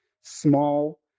small